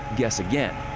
guess again.